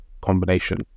combination